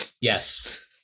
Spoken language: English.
Yes